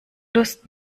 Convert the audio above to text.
durst